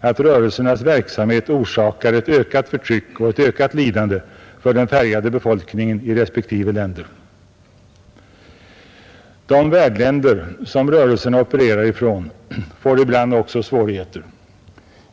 att rörelsernas verksamhet orsakar ett ökat förtryck och ett ökat lidande för den färgade befolkningen i respektive länder. De värdländer som rörelserna opererar ifrån får ibland också svårigheter.